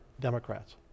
Democrats